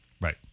Right